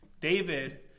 David